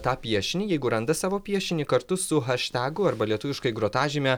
tą piešinį jeigu randa savo piešinį kartu su haštegu arba lietuviškai grotažyme